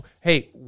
hey